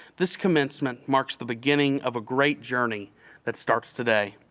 this commencement marks the beginning of a great journey that starts today,